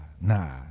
nah